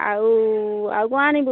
ଆଉ ଆଉ କ'ଣ ଆଣିବୁ